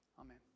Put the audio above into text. Amen